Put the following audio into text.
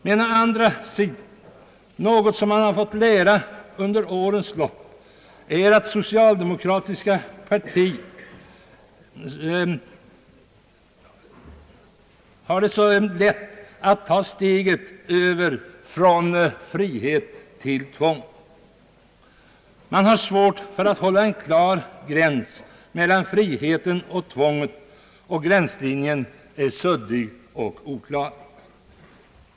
Men något som vi har fått lära under årens lopp är att det för socialdemokratiska partiet är så lätt att ta steget från frihet till tvång. Man har svårt för att hålla en klar gräns mellan frihet och tvång. Gränslinjen är suddig och oklar.